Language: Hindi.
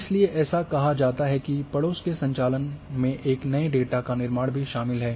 इसलिए ऐसा कहा जाता है कि पड़ोस के संचालन में नए डेटा का निर्माण भी शामिल है